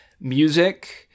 music